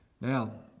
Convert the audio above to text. Now